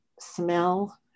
smell